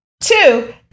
two